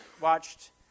watched